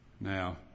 Now